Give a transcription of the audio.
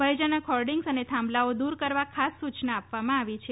ભયજનક હોર્ડિંગ્સ અને થાંભલાઓ દુર કરવા ખાસ સૂચના આપવામાં આવી છે